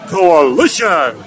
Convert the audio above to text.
Coalition